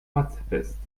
pacifist